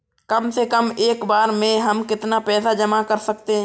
कम से कम एक बार में हम कितना पैसा जमा कर सकते हैं?